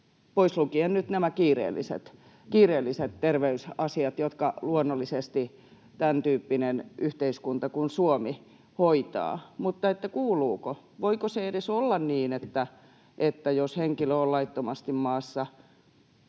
pois lukien nyt nämä kiireelliset terveysasiat, jotka luonnollisesti tämäntyyppinen yhteiskunta kuin Suomi hoitaa. Kuuluuko, voiko edes olla niin, että jos henkilö on laittomasti maassa,